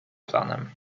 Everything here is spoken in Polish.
planem